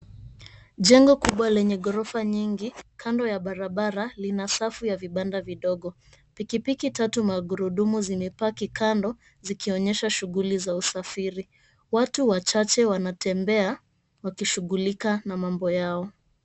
Jengo kubwa lenye ghorofa nyingi kando ya barabara lina safu ya vibanda vidogo. Piki piki tatu maghurudumu zimepaki kando zikionyesha shughuli za usafiri. Watu wachache wanatembea wakishughulika na mambo yao.